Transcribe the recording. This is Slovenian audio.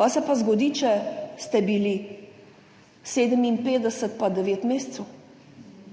Kaj se pa zgodi, če ste bili 58 in 9 mesecev?